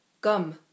Gum